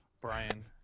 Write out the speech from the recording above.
Brian